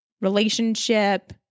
relationship